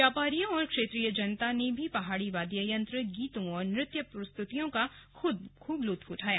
व्यापारियों और क्षेत्रीय जनता ने भी पहाड़ी वाद्ययंत्र गीतों और नृत्यों का खूब लुफ्त उठाया